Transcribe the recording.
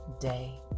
day